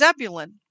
Zebulun